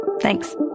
Thanks